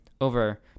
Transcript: over